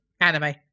Anime